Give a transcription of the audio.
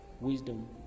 wisdom